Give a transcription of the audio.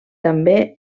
també